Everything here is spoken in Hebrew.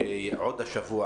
שעוד השבוע,